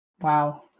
Wow